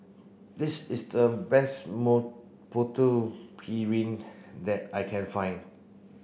this is the best Putu Piring that I can find